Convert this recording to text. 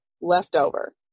leftover